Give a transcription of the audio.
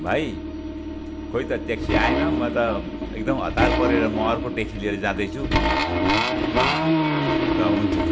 भाइ खोइ त ट्याक्सी आएन म त एकदम हतार परेर म अर्को ट्याक्सी लिएर जाँदैछु ल हुन्छ